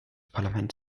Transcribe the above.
parlament